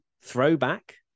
Throwback